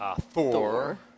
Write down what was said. Thor